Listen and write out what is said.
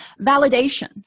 Validation